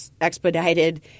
expedited